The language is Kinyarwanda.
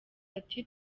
ati